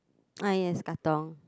uh yes Katong